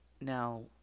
Now